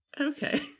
Okay